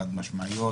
חד משמעיות